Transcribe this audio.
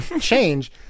change